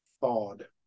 thawed